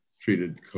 treated